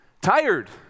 tired